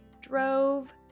drove